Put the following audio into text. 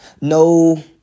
No